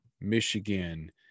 Michigan